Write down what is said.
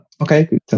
okay